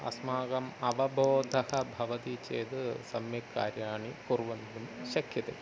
अस्माकम् अवबोधः भवति चेत् सम्यक् कार्याणि कर्न्तुं शक्यते